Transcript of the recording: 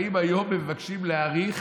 באים היום ומבקשים להאריך